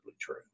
true